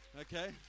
okay